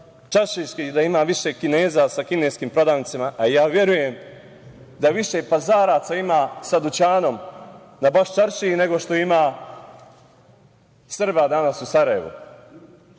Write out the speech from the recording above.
čaršijski da ima više Kineza sa kineskim prodavnicama. Verujem da ima više Pazaraca sa dućanom na Baščaršiji nego što ima Srba danas u Sarajevu,